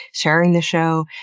sharing the show,